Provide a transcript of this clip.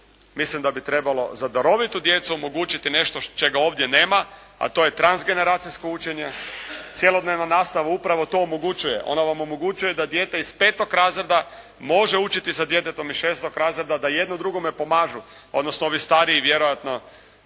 mislim da bi trebalo za darovitu djecu omogućiti nešto čega ovdje nema a to je transgeneracijsko učenje. Cjelodnevna nastava upravo to omogućuje. Ona vam omogućuje da dijete iz petog razreda može učiti sa djetetom iz šestog razreda, da jedno drugome pomažu, odnosno, ovi stariji, vjerojatno,